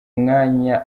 mwanya